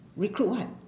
recruit what